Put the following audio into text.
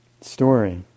Story